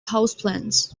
houseplants